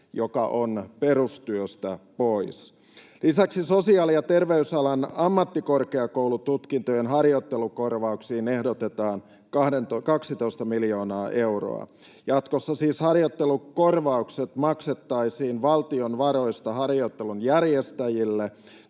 joka on perustyöstä pois. Lisäksi sosiaali- ja terveysalan ammattikorkeakoulututkintojen harjoittelukorvauksiin ehdotetaan 12 miljoonaa euroa. Jatkossa siis harjoittelukorvaukset maksettaisiin valtion varoista harjoittelun järjestäjille,